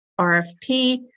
RFP